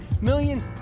million